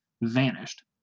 vanished